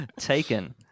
Taken